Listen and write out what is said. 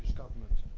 government?